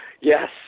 yes